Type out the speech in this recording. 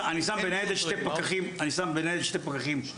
אין שוטרים מה עושים?